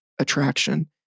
attraction